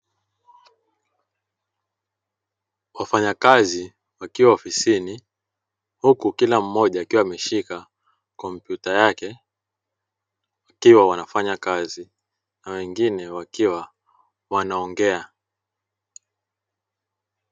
Wafanyakazi wakiwa ofisini huku kila mmoja akiwa ameshika kompyuta yake wakiwa wanafanya kazi, na wengine wakiwa wanaongea.